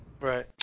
Right